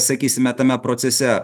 sakysime tame procese